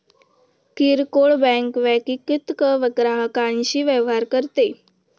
किरकोळ बँक वैयक्तिक ग्राहकांशी व्यवहार करते